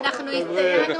יועץ הבטיחות שהיה להם.